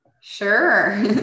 Sure